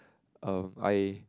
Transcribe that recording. um I